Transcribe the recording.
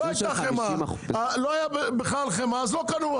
לא הייתה חמאה אז לא קנו,